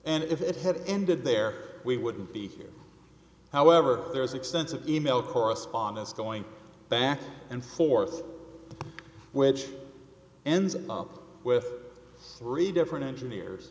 and if it had ended there we wouldn't be here however there is extensive e mail correspondence going back and forth which ends with three different engineers